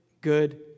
good